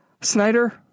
Snyder